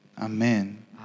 Amen